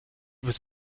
was